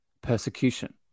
persecution